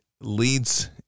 leads